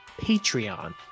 Patreon